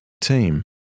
team